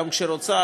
גם כשהיא רוצה,